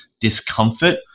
discomfort